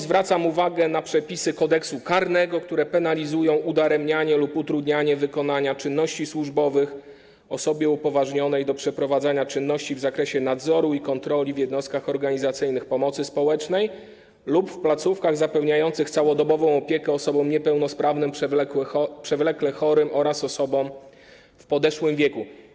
Zwracam uwagę na przepisy Kodeksu karnego, które penalizują udaremnianie lub utrudnianie wykonania czynności służbowych osobie upoważnionej do przeprowadzania czynności w zakresie nadzoru i kontroli w jednostkach organizacyjnych pomocy społecznej lub w placówkach zapewniających całodobową opiekę osobom niepełnosprawnym, przewlekle chorym oraz osobom w podeszłym wieku.